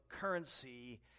currency